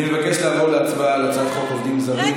אני מבקש לעבור להצבעה על הצעת חוק עובדים זרים.